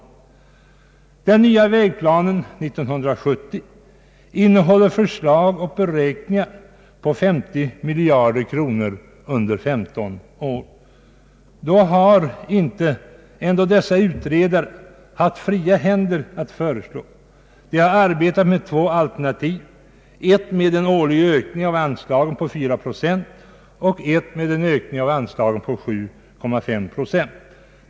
Även om den nya vägplanen 1970 innehåller förslag och beräkningar på 50 miljarder kronor under 15 år, har inte utredarna haft fria händer att komma med förslag. De har arbetat efter två alternativ, ett med en årlig ökning av anslagen på 4 procent och ett med en ökning på 7,5 procent.